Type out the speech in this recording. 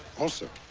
also,